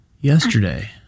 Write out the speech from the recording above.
yesterday